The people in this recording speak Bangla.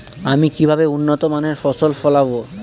আমি কিভাবে উন্নত মানের ফসল ফলাবো?